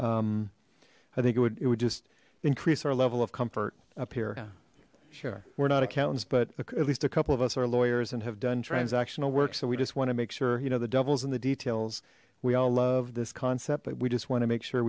copy i think it would it would just increase our level of comfort up here sure we're not accountants but at least a couple of us are lawyers and have done transactional work so we just want to make sure you know the devils and the details we all love this concept but we just want to make sure